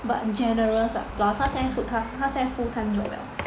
but 很 generous ah plus 他现在 full time job liao